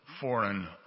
foreign